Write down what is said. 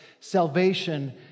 salvation